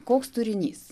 koks turinys